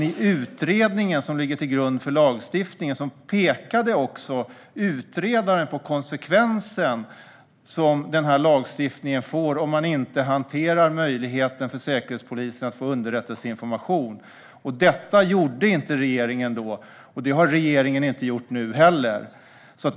I utredningen som ligger till grund för lagstiftningen pekade utredaren på konsekvensen som lagstiftningen får om man inte hanterar möjligheten för Säkerhetspolisen att få underrättelseinformation. Det gjorde inte regeringen då, och det har inte regeringen gjort nu heller.